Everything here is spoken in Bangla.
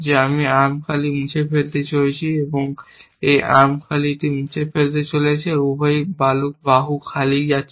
যে এটি আর্ম খালি মুছে ফেলতে চলেছে এবং এটি আর্ম খালি মুছে ফেলতে চলেছে উভয়ই বাহু খালি খাচ্ছে